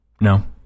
no